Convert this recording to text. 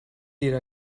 jeder